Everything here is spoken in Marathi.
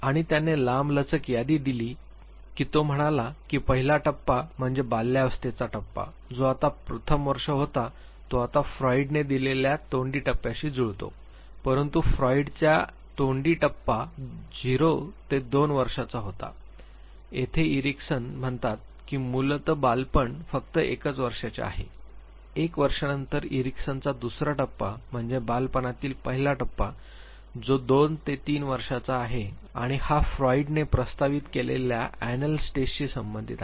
आणि त्याने लांबलचक यादी दिली की तो म्हणाला की पहिला टप्पा म्हणजे बाल्यावस्थेचा टप्पा जो आता प्रथम वर्ष होता जो आता फ्रॉइडने दिलेल्या तोंडी टप्प्याशी जुळतो परंतु फ्रॉइडचा तोंडी टप्पा 0 ते 2 वर्षांचा होता जेथे इरिकसन म्हणतात की मूलतः बालपण फक्त एकच वर्षाचे आहे एक वर्षानंतर एरिकसनचा दुसरा टप्पा म्हणजे बालपणातील पहिला टप्पा जो 2 ते 3 वर्षांचा आहे आणि हा फ्रॉइडने प्रस्तावित केलेल्या अॅनल स्टेजशी संबंधित आहे